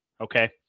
okay